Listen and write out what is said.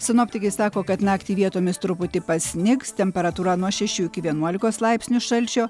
sinoptikai sako kad naktį vietomis truputį pasnigs temperatūra nuo šešių iki vienuolikos laipsnių šalčio